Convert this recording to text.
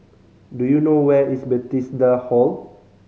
do you know where is Bethesda Hall